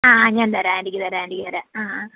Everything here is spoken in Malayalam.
ആ ഞാൻ തരാം ആൻ്റിക്ക് തരാം ആൻ്റിക്ക് തരാം ആ ആ